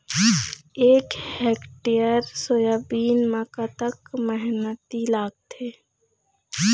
एक hectare soybean म कतक मेहनती लागथे?